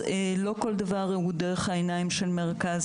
אז לא כל דבר הוא דרך העיניים של מרכז